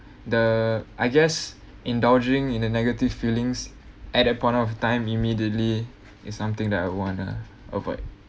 the I guess indulging in a negative feelings at that point of time immediately is something that I want to avoid